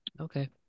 okay